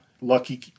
Lucky